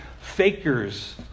fakers